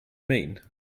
mean